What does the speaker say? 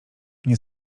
nie